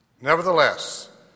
Nevertheless